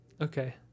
Okay